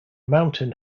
mountain